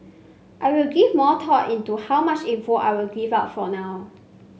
I will give more thought into how much info I will give out for now